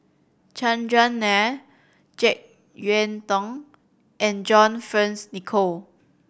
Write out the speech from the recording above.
Chandran Nair Jek Yeun Thong and John Fearns Nicoll